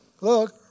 Look